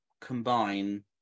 combine